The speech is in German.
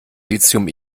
lithium